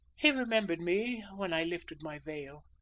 he remembered me when i lifted my veil.